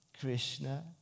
Krishna